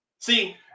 See